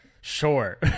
Sure